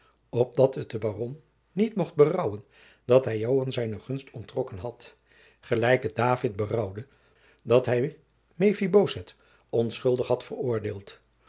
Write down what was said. opdat het den baron niet mocht berouwen dat hij joan zijne gunst onttrokken had gelijk het david berouwde dat hij mephiboseth onschuldig had veroordeeld